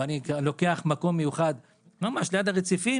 ואני לוקח מקום מיוחד ממש ליד הרציפים